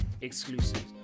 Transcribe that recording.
exclusive